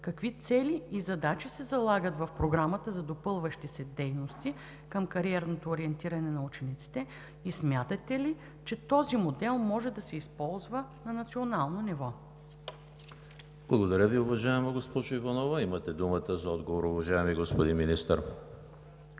какви цели и задачи се залагат в Програмата за допълващи се дейности към кариерното ориентиране на учениците? Смятате ли, че този модел може да се използва на национално ниво? ПРЕДСЕДАТЕЛ ЕМИЛ ХРИСТОВ: Благодаря Ви, уважаема госпожо Иванова. Имате думата за отговор, уважаеми господин Министър.